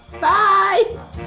Bye